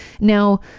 Now